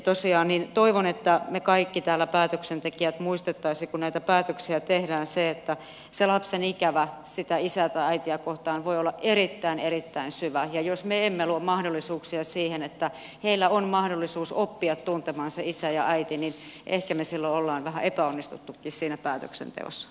tosiaan toivon että me kaikki päätöksentekijät täällä muistaisimme kun näitä päätöksiä teemme sen että se lapsen ikävä sitä isää tai äitiä kohtaan voi olla erittäin erittäin syvä ja jos me emme luo mahdollisuuksia siihen että heillä on mahdollisuus oppia tuntemaan se isä ja äitini emmi sellollaan haetaan mistä tukkisivat päätöksenteossa